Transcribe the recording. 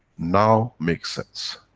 now makes sense.